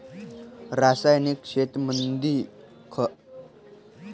रासायनिक शेतीमंदी खर्च लई येतो का?